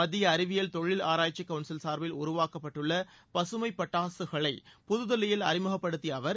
மத்திய அறிவியல் தொழில் ஆராய்ச்சி கவுன்சில் சார்பில் உருவாக்கப்பட்டுள்ள பசுமைப் பட்டாக்களை புதில்லியில் அறிமுகப்படுத்திய அவர்